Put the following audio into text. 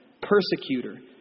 persecutor